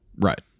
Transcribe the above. Right